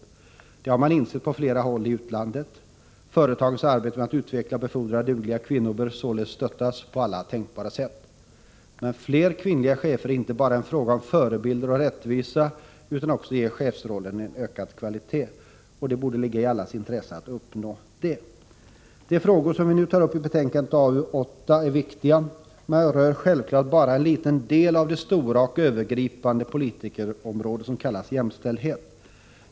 Detta har man insett på flera håll i utlandet. Företagens arbete med att utveckla och befordra dugliga kvinnor bör således stöttas på alla tänkbara sätt. Men fler kvinnliga chefer är inte bara en fråga om förebilder och rättvisa utan också ett sätt att ge chefsrollen en ökad kvalitet. Det borde ligga i allas intresse att uppnå detta. De frågor som vi nu tar upp i betänkandet AU 8 är viktiga, men berör bara en liten del av det stora övergripande politikområde som kallas jämställdhet.